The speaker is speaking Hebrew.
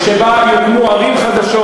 שבה יוקמו ערים חדשות,